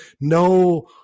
No